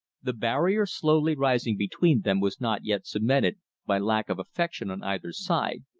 the barrier slowly rising between them was not yet cemented by lack of affection on either side,